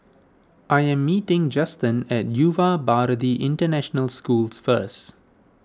I am meeting Justen at Yuva Bharati International Schools first